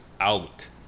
out